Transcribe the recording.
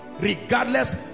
Regardless